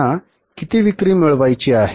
त्यांना किती विक्री मिळवायची आहे